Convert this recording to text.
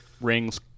rings